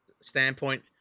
standpoint